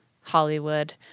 Hollywood